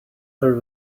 her